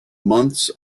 months